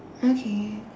okay